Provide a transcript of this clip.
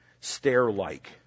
Stare-like